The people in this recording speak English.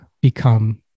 become